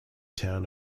town